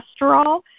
cholesterol